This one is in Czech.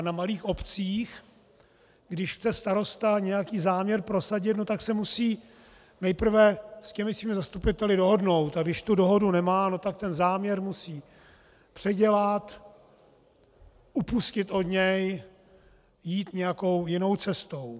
Na malých obcích, když chce starosta nějaký záměr prosadit, tak se musí nejprve se svými zastupiteli dohodnout, a když tu dohodu nemá, tak ten záměr musí předělat, upustit od něj, jít nějakou jinou cestou.